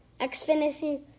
Xfinity